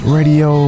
Radio